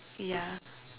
yeah